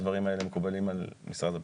הדברים האלה מקובלים על משרד הפנים.